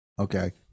okay